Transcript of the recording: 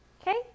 okay